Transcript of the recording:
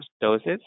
doses